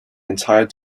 entire